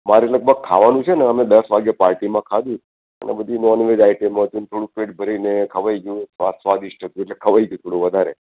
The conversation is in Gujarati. મારે લગભગ ખાવાનું છે ને અમે દસ વાગ્યે પાર્ટીમાં ખાધું અને બધી નોનવેજ આઇટમો હતી અને થોડું પેટ ભરીને ખવાઇ ગયું સ્વાદ સ્વાદિષ્ટ હતું એટલે ખવાઇ ગયું થોડું વધારે